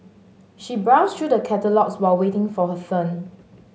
she browsed through the catalogues while waiting for her turn